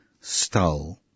stole